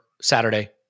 Saturday